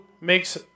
makes